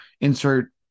Insert